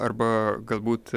arba galbūt